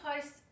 post